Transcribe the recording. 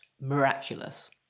miraculous